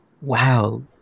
wow